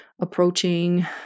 approaching